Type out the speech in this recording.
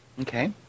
Okay